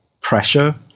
pressure